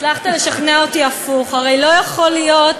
הצלחת לשכנע אותי הפוך, הרי לא יכול להיות,